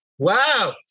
Wow